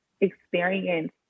experience